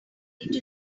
badly